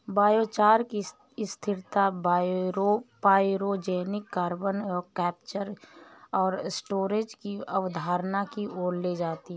biochar की स्थिरता pyrogenic carbon capture और स्टोरेज की अवधारणा की ओर ले जाती है